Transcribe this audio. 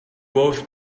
both